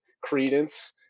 credence